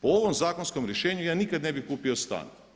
Po ovom zakonskom rješenju ja nikad ne bih kupio stan.